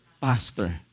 Pastor